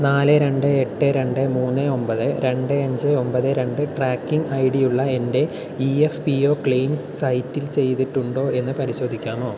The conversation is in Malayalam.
നാല് രണ്ട് എട്ട് രണ്ട് മൂന്ന് ഒമ്പത് രണ്ട് അഞ്ച് ഒമ്പത് രണ്ട് ട്രാക്കിംഗ് ഐടിയുള്ള എൻ്റെ EPFO claim സൈറ്റിൽ ചെയ്തിട്ടുണ്ടോയെന്ന് പരിശോധിക്കാമോ